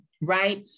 right